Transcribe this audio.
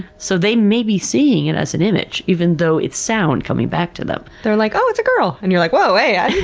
so they may be seeing it as an image even though it's sound coming back to them. they're like, oh, it's a girl! and you're like, whoa, hey, yeah